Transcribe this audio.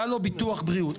היה לו ביטוח בריאות.